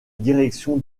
direction